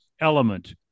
element